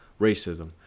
racism